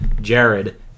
Jared